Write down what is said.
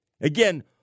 Again